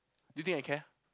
you think I care